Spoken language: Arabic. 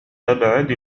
أبعد